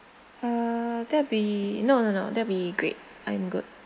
uh that'll be no no no that'll be great I'm good